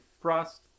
Frost